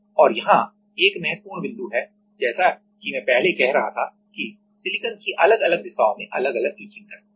और यहाँ एक महत्वपूर्ण बिंदु है जैसा कि मैं पहले कह रहा था कि सिलिकॉन की अलग अलग दिशाओं में अलग अलग इचिंग दर होती है